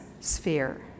sphere